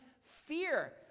fear